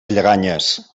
lleganyes